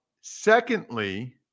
Secondly